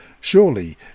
Surely